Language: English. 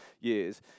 years